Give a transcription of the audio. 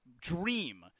dream